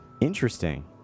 Interesting